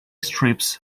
strips